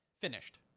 Finished